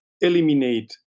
eliminate